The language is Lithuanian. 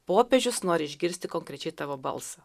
popiežius nori išgirsti konkrečiai tavo balsą